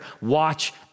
watch